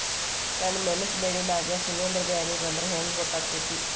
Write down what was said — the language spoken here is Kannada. ನನ್ ಮೆಣಸ್ ಬೆಳಿ ನಾಗ ಶಿಲೇಂಧ್ರ ಬ್ಯಾನಿ ಬಂದ್ರ ಹೆಂಗ್ ಗೋತಾಗ್ತೆತಿ?